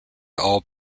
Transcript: all